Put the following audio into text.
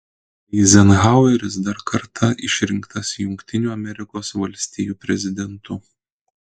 eizenhaueris dar kartą išrinktas jungtinių amerikos valstijų prezidentu